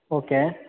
okay